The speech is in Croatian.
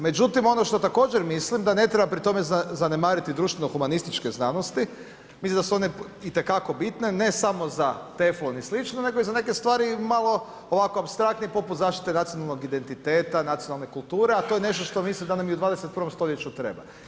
Međutim, ono što također mislim da ne treba pri tome zanemariti društveno humanističke znanosti, mislim da su one itekako bitne ne samo za teflon i slično nego i za neke stvari malo ovako apstraktne i poput zaštite nacionalnog identiteta, nacionalne kulture a to je nešto što mislim da nam i u 21. stoljeću treba.